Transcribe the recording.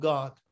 God